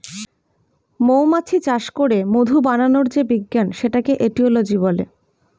মৌমাছি চাষ করে মধু বানানোর যে বিজ্ঞান সেটাকে এটিওলজি বলে